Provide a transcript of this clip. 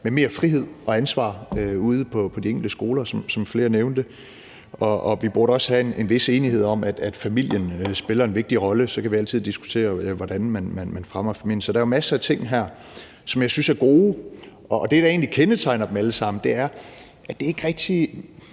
med mere frihed og ansvar ude på de enkelte skoler, som flere nævnte. Og vi burde også have en vis enighed om, at familien spiller en vigtig rolle. Så kan vi altid diskutere, hvordan man fremmer familien. Så der er jo masser af ting her, som jeg synes er gode. Og det, der egentlig kendetegner dem alle sammen, er, at det ikke er noget,